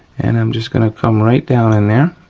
and i'm just gonna come right down in there.